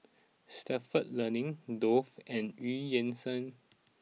Stalford Learning Dove and Eu Yan Sang